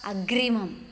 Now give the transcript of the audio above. अग्रिमम्